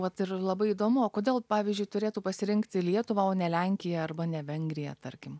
vat ir labai įdomu o kodėl pavyzdžiui turėtų pasirinkti lietuvą o ne lenkiją arba ne vengriją tarkim